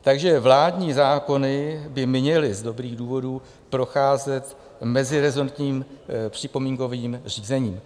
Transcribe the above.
Takže vládní zákony by měly z dobrých důvodů procházet meziresortním připomínkovým řízením.